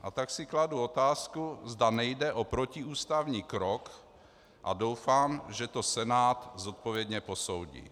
A tak si kladu otázku, zda nejde o protiústavní krok, a doufám, že to Senát zodpovědně posoudí.